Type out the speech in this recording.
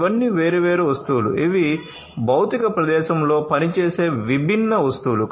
ఇవన్నీ వేర్వేరు వస్తువులు ఇవి భౌతిక ప్రదేశంలో పనిచేసే విభిన్న వస్తువులు